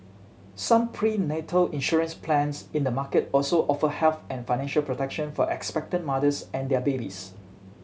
some prenatal insurance plans in the market also offer health and financial protection for expectant mothers and their babies